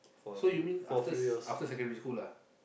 so you mean after after secondary school lah